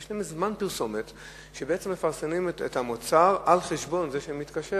יש להם זמן פרסומת שהם בעצם מפרסמים את המוצר על חשבון מי שמתקשר.